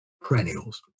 perennials